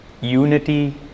unity